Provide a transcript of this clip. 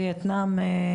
גם על וייטנאם יש כבר החלטה.